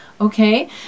Okay